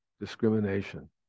discrimination